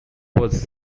was